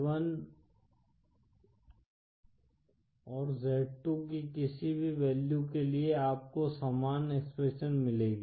z1 और z2 की किसी भी वैल्यू के लिए आपको समान एक्सप्रेशन मिलेगी